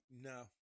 No